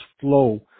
flow